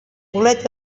bolet